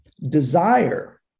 Desire